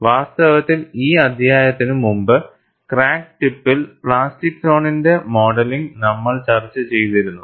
വാസ്തവത്തിൽ ഈ അധ്യായത്തിന് മുമ്പ് ക്രാക്ക് ടിപ്പിൽ പ്ലാസ്റ്റിക് സോണിന്റെ മോഡലിംഗ് നമ്മൾ ചർച്ച ചെയ്തിരുന്നു